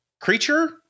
Creature